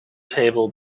table